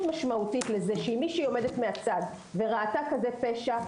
משמעותית לזה שאם מישהי עומדת מהצד וראתה כזה פשע,